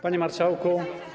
Panie Marszałku!